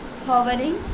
hovering